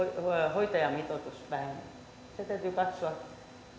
hoitajamitoitus vähene täytyy katsoa